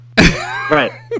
Right